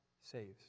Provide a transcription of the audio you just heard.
saves